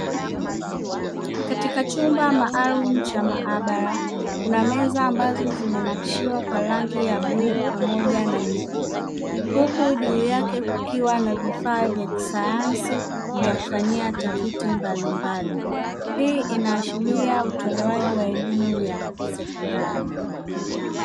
Katika chumba maalumu cha maabara kuna meza ambazo zimenakishiwa kwa rangi ya bluu pamoja na nyeupe. Huku juu yake kukiwa na vifaa vya kisayansi vya kufanyia tafiti mbalimbali, hii inaashiria utolewaji wa elimu ya sekondari.